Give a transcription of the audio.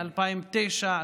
2009,